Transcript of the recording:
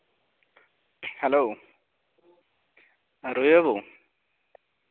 hello ᱨᱩᱭᱦᱟᱹ ᱵᱟᱹᱵᱩ